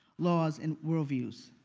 laws, and worldviews?